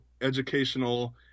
educational